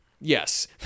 Yes